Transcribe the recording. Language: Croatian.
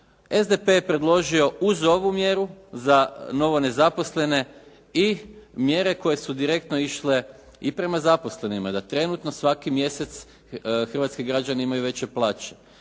SDP je predložio uz ovu mjeru za novonezaposlene i mjere koje su direktno išle i prema zaposlenima da trenutno svaki mjesec hrvatski građani imaju veće plaće.